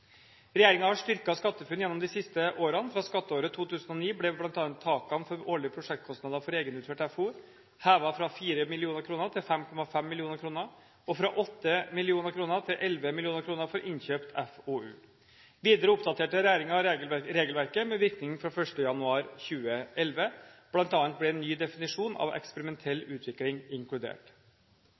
har styrket SkatteFUNN gjennom de siste årene. Fra skatteåret 2009 ble bl.a. takene for årlige prosjektkostnader for egenutført FoU hevet fra 4 mill. kr til 5,5 mill. kr og fra 8 mill. kr til 11 mill. kr for innkjøpt FoU. Videre oppdaterte regjeringen regelverket med virkning fra 1. januar 2011, bl.a. ble en ny definisjon av eksperimentell utvikling inkludert.